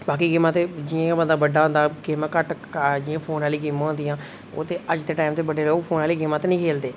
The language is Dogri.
बाकी गेमां ते जि'यां बंदा बड्डा होंदा ते जि'यां फोन आह्ली गेमां होंदियां ते हालांके बड्डे लोक फोन आह्लियां गेमां ते निं खेढदे